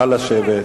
נא לשבת.